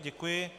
Děkuji.